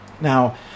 Now